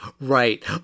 Right